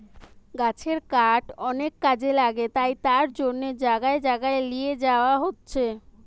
গাছের কাঠ অনেক কাজে লাগে তাই তার জন্যে জাগায় জাগায় লিয়ে যায়া হচ্ছে